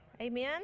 Amen